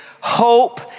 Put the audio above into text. hope